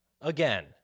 Again